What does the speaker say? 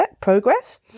progress